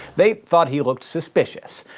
they thought he looked suspicious.